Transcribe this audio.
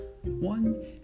one